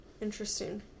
Interesting